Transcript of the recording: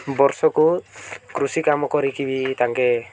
ବର୍ଷକୁ କୃଷି କାମ କରିକି ବି ତାଙ୍କେ